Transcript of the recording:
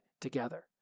together